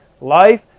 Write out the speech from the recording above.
Life